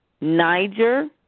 Niger